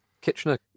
Kitchener